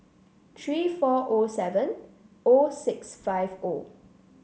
three four O seven O six five O